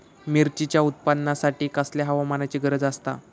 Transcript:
मिरचीच्या उत्पादनासाठी कसल्या हवामानाची गरज आसता?